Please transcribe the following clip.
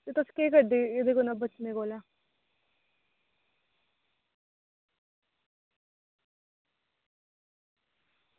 ते तुस केह् करदे इस कोला बचने कोला